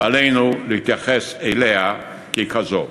ועלינו להתייחס אליה ככזאת.